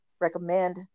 recommend